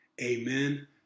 Amen